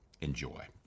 Enjoy